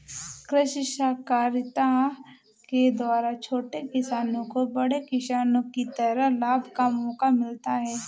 कृषि सहकारिता के द्वारा छोटे किसानों को बड़े किसानों की तरह लाभ का मौका मिलता है